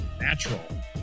natural